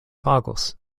pagos